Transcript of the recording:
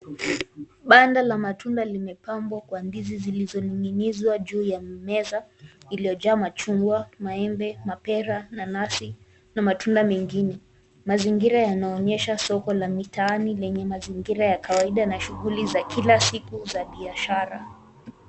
Pamba la matunda kimepambwa kwa ndizi zilizoninginizwa juu ya meza ilio kaaa machungwa. Maembe, mapera, nanasi na matunda mengine. Mazingira yanaonyesha soko la mita lenye mazingira ya kawaida na shughuli za kila siku za biashara.